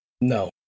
no